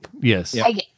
Yes